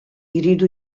jridu